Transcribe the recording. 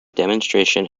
demonstrations